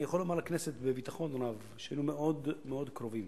אני יכול לומר לכנסת בביטחון רב שהיינו מאוד מאוד קרובים